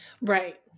Right